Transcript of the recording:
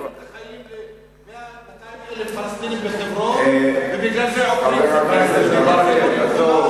בגלל זה ממררים את החיים ל-200,000 פלסטינים ובגלל זה בונים חומה?